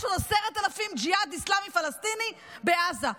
יש לנו 10,000 ג'יהאד אסלאמי פלסטיני בעזה.